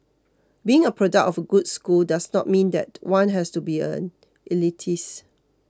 being a product of a good school does not mean that one has to be an elitist